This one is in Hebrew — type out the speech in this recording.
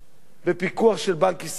בפיקוח של בנק ישראל,